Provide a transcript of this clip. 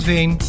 Veen